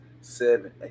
seven